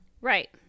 Right